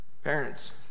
Parents